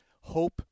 Hope